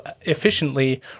efficiently